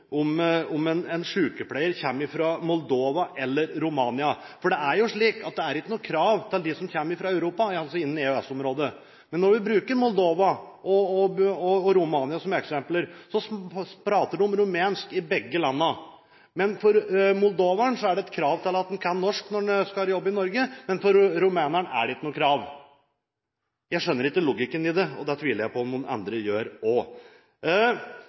om hvorvidt en sykepleier kommer fra Moldova eller fra Romania. Det er ingen krav til dem som kommer fra Europa – innenfor EØS-området – men når vi bruker Moldova og Romania som eksempel, er det fordi de snakker rumensk i begge land. For moldoveren er det et krav om å kunne norsk når en skal jobbe i Norge, men for rumeneren er ikke dette et krav. Jeg skjønner ikke logikken i det, og det tror jeg heller ingen andre gjør.